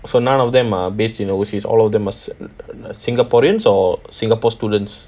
so none of them are based in overseas all of them are si~ err singaporeans or singapore students